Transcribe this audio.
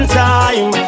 time